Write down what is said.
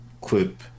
clip